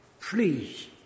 Please